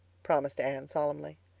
promised anne solemnly.